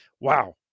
wow